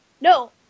no